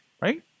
Right